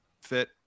fit